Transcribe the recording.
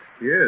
Yes